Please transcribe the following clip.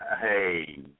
Hey